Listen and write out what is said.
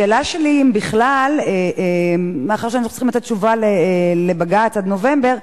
השאלה שלי: מאחר שצריך לתת תשובה לבג"ץ עד נובמבר,